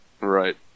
Right